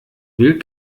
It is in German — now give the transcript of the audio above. will